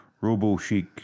Robo-Chic